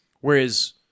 whereas